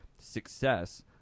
success